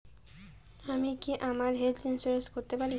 আমি কি আমার হেলথ ইন্সুরেন্স করতে পারি?